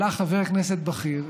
ועלה חבר כנסת בכיר,